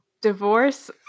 divorce